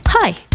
Hi